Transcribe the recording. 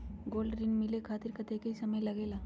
Gold ऋण मिले खातीर कतेइक समय लगेला?